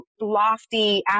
lofty